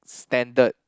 standard